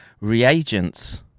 reagents